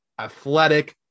athletic